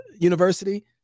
university